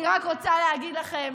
אני רק רוצה להגיד לכם